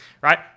right